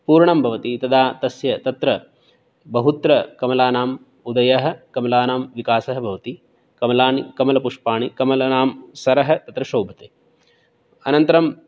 पूर्णं भवति तदा तस्य तत्र बहुत्र कमलानां उदयः कमलानां विकासः भवति कमलानि कमलपुष्पाणि कमलनां सरः तत्र शोभते अनन्तरं